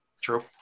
True